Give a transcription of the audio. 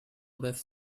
best